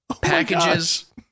packages